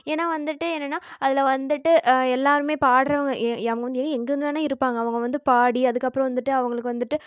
ஏன்னா வந்துவிட்டு என்னன்னா அதில் வந்துவிட்டு எல்லாருமே பாடுறவங்க என் என் எங்கெங்க வேணா இருப்பாங்க அவங்க வந்து பாடி அதுக்கப்பறம் வந்துவிட்டு அவங்களுக்கு வந்துவிட்டு